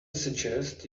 suggest